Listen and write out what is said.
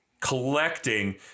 collecting